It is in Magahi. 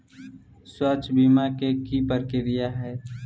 स्वास्थ बीमा के की प्रक्रिया है?